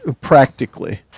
practically